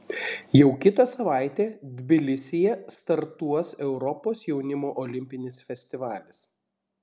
jau kitą savaitę tbilisyje startuos europos jaunimo olimpinis festivalis